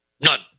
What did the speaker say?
None